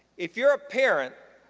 if you're a parent